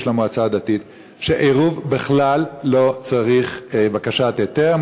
שעירוב בכלל לא צריך בקשת היתר.